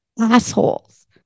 assholes